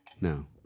No